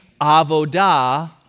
avodah